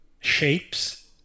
shapes